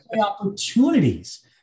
opportunities